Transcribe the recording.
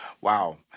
Wow